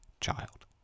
child